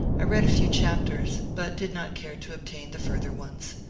i read a few chap ters, but did not care to obtain the further ones.